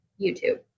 YouTube